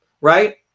right